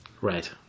right